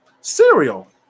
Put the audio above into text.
cereal